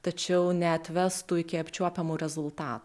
tačiau neatvestų iki apčiuopiamų rezultatų